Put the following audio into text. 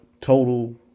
total